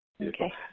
Okay